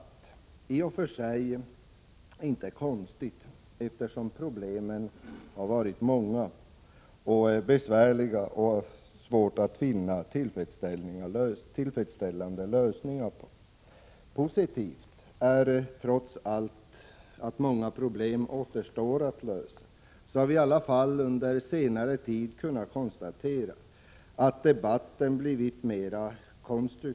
Det är i och för sig inte konstigt, eftersom problemen har varit många och besvärliga och det har varit svårt att finna tillfredsställande lösningar. Det är positivt att — trots att många problem återstår att lösa — debatten under senare tid har blivit mera konstruktiv och att de olika parterna har på — Prot.